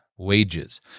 wages